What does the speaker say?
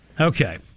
Okay